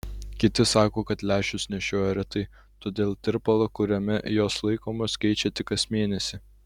kiti sako kad lęšius nešioja retai todėl tirpalą kuriame jos laikomos keičia tik kas mėnesį